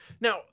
Now